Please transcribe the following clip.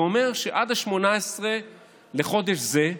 זה אומר שעד 18 בחודש זה,